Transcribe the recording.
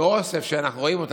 אוסף שאנחנו רואים אותם.